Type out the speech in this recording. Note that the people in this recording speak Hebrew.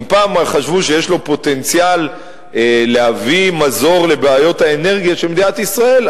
אם פעם חשבו שיש לו פוטנציאל להביא מזור לבעיות האנרגיה של מדינת ישראל,